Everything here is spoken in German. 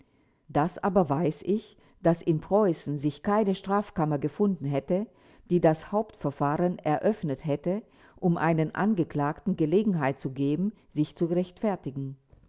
das aber weiß ich daß in preußen sich keine strafkammer gefunden hätte die das hauptverfahren fahren eröffnet hätte um einem angeklagten gelegenheit zu geben sich zu rechtfertigen